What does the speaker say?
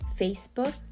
Facebook